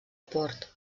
port